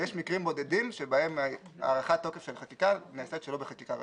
יש מקרים בודדים שבהם הארכת תוקף של חקיקה נעשית שלא בחקיקה ראשית.